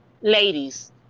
ladies